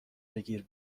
بگیر